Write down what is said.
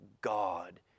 God